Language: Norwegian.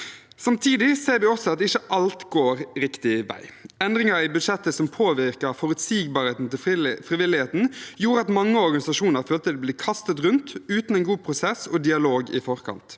Samtidig ser vi at ikke alt går riktig vei. Endringer i budsjettet som påvirker forutsigbarheten til frivilligheten, gjorde at mange organisasjoner følte de ble kastet rundt uten en god prosess og dialog i forkant.